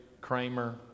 Kramer